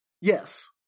Yes